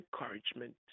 encouragement